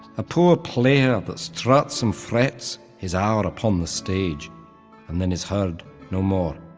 a poor player that struts and frets his hour upon the stage and then is heard no more.